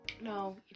No